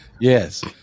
Yes